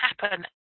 happen